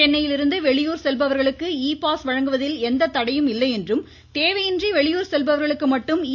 சென்னையிலிருந்து வெளியூர் செல்பவர்களுக்கு இ பாஸ் வழங்குவதில் எந்த தடையும் இல்லை என்றும் தேவையின்றி வெளியூர் செல்பவர்களுக்கு மட்டும் இ